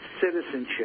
citizenship